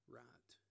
right